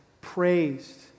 praised